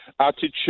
Attitude